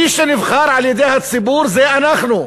מי שנבחר על-ידי הציבור זה אנחנו,